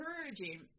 encouraging